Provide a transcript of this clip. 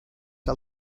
que